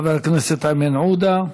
חבר הכנסת איימן עודה.